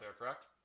correct